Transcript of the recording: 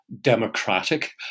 democratic